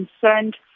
concerned